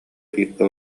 бииргэ